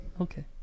Okay